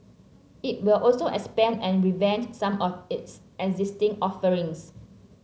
it will also expand and revamp some of its existing offerings